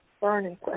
Burning